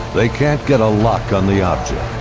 they can't get a lock on the object.